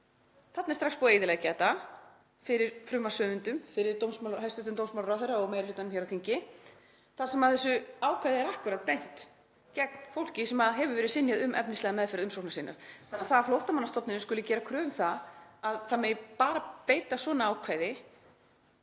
Þarna er strax búið að eyðileggja þetta fyrir frumvarpshöfundum, fyrir hæstv. dómsmálaráðherra og meiri hlutanum hér á þingi, þar sem þessu ákvæði er akkúrat beint gegn fólki sem hefur verið synjað um efnislega meðferð umsókna sinna. Það að Flóttamannastofnunin skuli gera kröfu um að það megi bara beita svona ákvæði